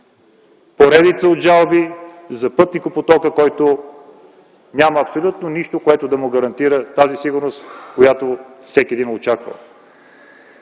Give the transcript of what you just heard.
поредица от жалби за пътникопотока и нямаше абсолютно нищо, което да му гарантира сигурността, която всеки един очаква.